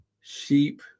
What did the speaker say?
sheep